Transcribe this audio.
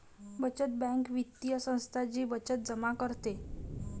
बचत बँक वित्तीय संस्था जी बचत जमा करते